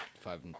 five